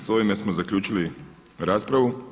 S ovime smo zaključili raspravu.